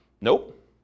nope